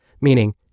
meaning